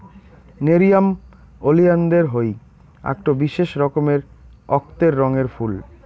nerium oleander হই আকটো বিশেষ রকমের অক্তের রঙের ফুল